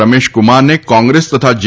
રમેશકુમારને કોંગ્રેસ તથા જે